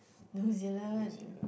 New Zealand